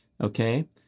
Okay